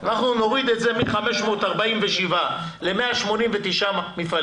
אנחנו נוריד את זה מ-547 ל-189 מפעלים.